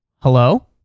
Hello